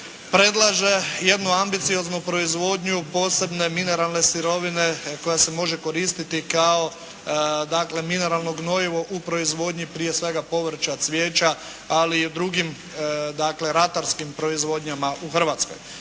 predlaže jednu ambicioznu proizvodnju posebne mineralne sirovine koja se može koristiti kao dakle, mineralno gnojivo u proizvodnji prije svega povrća, cvijeća, ali i u drugim, dakle, ratarskim proizvodnjama u Hrvatskoj.